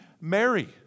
Mary